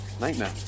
Nightmare